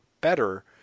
better